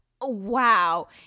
Wow